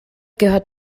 gehört